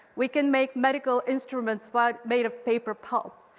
we can make medical instruments but made of paper pulp.